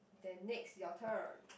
then next your turn